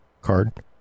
card